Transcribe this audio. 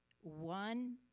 One